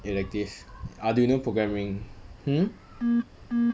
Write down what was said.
elective arduino programming hmm